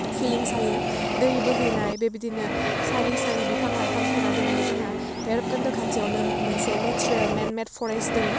feelings थायो दै बोहैनाय बेबायदिनो सारि सारि बिफां लायफांफोरा दोङो जोंहा भेरबखुन्द खाथिआवनो मोनसे नेचुरेल मेन मेड फरेस्ट दोङो